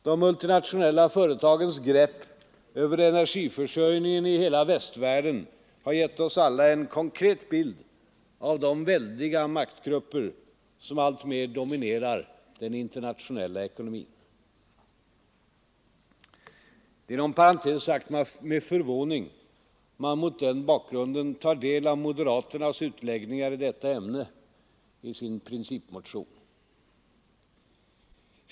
De multinationella företagens grepp över energiförsörjningen i hela västvärlden har gett alla en konkret bild av de väldiga maktgrupper som alltmer dominerar den internationella ekonomin. Det är inom parentes sagt med förvåning man mot denna bakgrund tar del av moderaternas utläggningar i detta ämne, i deras principmotion.